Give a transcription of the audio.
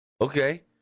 okay